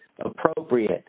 appropriate